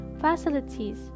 facilities